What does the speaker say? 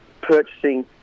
purchasing